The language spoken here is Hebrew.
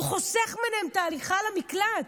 הוא חוסך מהן את ההליכה למקלט,